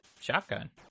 shotgun